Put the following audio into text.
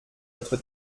notre